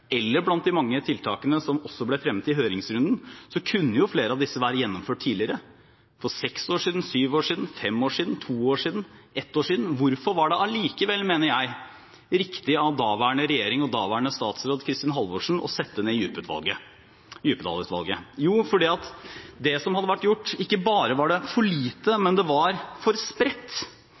eller blant de mange tiltakene som også ble fremmet i høringsrunden, kunne flere av dem vært gjennomført tidligere – for seks år siden, syv år siden, fem år siden, to år siden, ett år siden. Hvorfor var det allikevel riktig, mener jeg, av daværende regjering og daværende statsråd Kristin Halvorsen å sette ned Djupedal-utvalget? Jo, fordi det som hadde vært gjort, ikke bare var for lite, men det var for spredt.